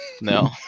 no